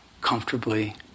comfortably